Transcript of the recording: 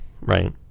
Right